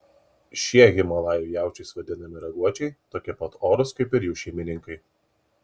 šie himalajų jaučiais vadinami raguočiai tokie pat orūs kaip ir jų šeimininkai